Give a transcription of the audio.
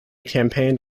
campaigned